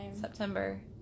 September